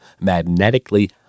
magnetically